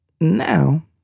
Now